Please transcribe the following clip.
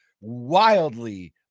wildly